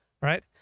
Right